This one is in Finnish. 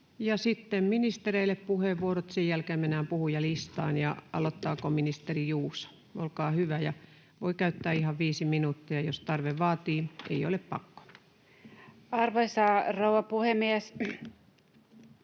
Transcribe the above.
Sitten ministereille puheenvuorot, ja sen jälkeen mennään puhujalistaan. — Aloittaako ministeri Juuso? Olkaa hyvä, ja voi käyttää ihan viisi minuuttia, jos tarve vaatii. Ei ole pakko. Arvoisa rouva puhemies!